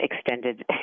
extended